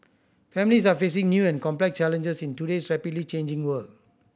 families are facing new and complex challenges in today's rapidly changing world